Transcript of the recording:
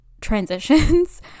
transitions